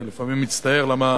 אני לפעמים מצטער למה